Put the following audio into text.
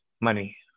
money